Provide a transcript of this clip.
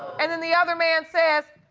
and then the other man says,